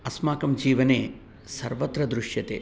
अस्माकं जीवने सर्वत्र दृश्यते